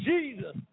Jesus